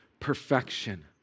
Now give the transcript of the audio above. perfection